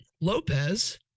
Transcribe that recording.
Lopez